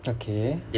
okay